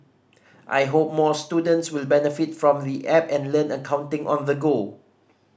I hope more students will benefit from the app and learn accounting on the go